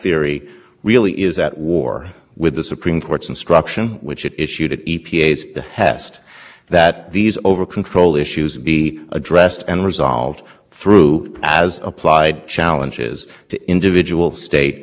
remedy will be an adjustment to that individual states emissions budget which will mean there will be some departure from nationwide uniformity and it really isn't open to e p a to oppose the uniform across the board